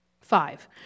Five